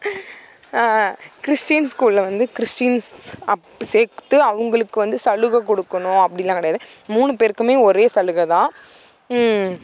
Christian ஸ்கூல்ல வந்து Christians அப்போ சேர்த்து அவங்களுக்கு வந்து சலுகை கொடுக்கணும் அப்படிலாம் கிடையாது மூணு பேருக்குமே ஒரே சலுகை தான்